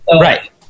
right